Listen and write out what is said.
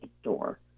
store